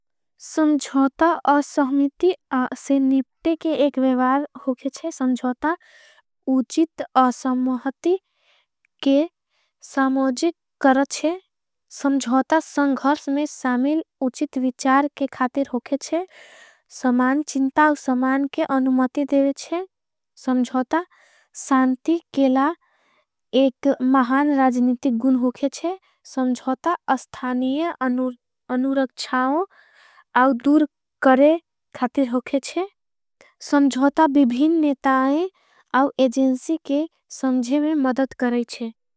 सम्झोता असहमिति से निप्ते के एक विवार होके छे। सम्झोता उचित असमोहति के सामोजिक करच छे। सम्झोता संघर्स में सामेल उचित विचार के खातिर होके। छे समान चिंताओं समान के अनुमति देवे छे सम्झोता। सांति केला एक महान राजनितिक गुण होके छे सम्झोता। अस्थानिय अनुरक्षाओं आव दूर करे खातिर होके छे। सम्झोता विभीन नेताओं आव एजेंसी के समझे में मदद करे छे।